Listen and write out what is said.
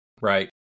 right